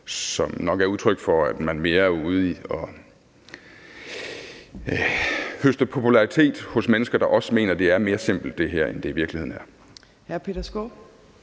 som nok er udtryk for, at man mere er ude i noget med at høste popularitet hos mennesker, der også mener, det er mere simpelt, end det i virkeligheden er. Kl. 11:08 Fjerde